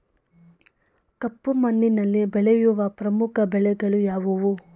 ಕಪ್ಪು ಮಣ್ಣಿನಲ್ಲಿ ಬೆಳೆಯುವ ಪ್ರಮುಖ ಬೆಳೆಗಳು ಯಾವುವು?